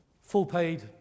full-paid